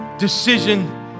decision